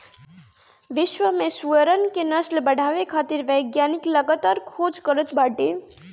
विश्व में सुअरन क नस्ल बढ़ावे खातिर वैज्ञानिक लगातार खोज करत बाटे